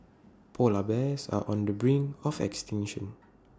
Polar Bears are on the brink of extinction